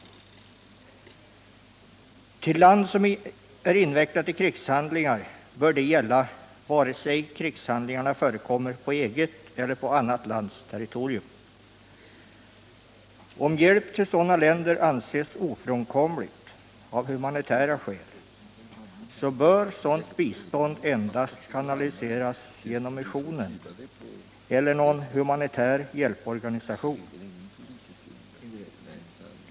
Till land som är invecklat i krigshandlingar bör detta gälla vare sig krigshandlingarna förekommer på eget eller på annat lands territorium. Om hjälp till sådana länder anses ofrånkomlig av humanitära skäl, bör sådant bistånd kanaliseras endast genom missionen eller någon humanitär hjälporganisation.